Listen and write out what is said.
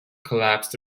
collapsed